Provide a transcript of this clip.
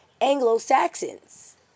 Anglo-Saxons